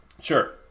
Sure